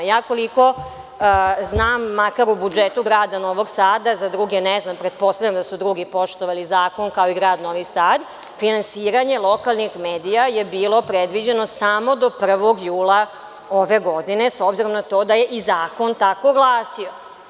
Ja koliko znam, makar u budžetu grada Novog Sada, za druge ne znam pretpostavljam da su drugi poštovali zakon kao i Grad Novi Sad, finansiranje lokalnih medija je bilo predviđeno samo do 1. jula ove godine s obzirom na to da je i zakon tako glasio.